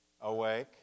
awake